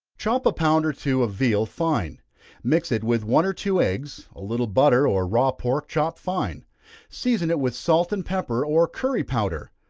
chop a pound or two of veal fine mix it with one or two eggs, a little butter, or raw pork chopped fine season it with salt and pepper, or curry powder.